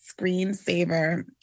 screensaver